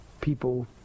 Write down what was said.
people